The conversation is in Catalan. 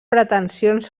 pretensions